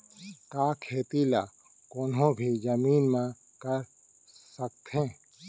का खेती ला कोनो भी जमीन म कर सकथे?